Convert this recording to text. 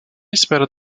espera